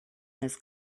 his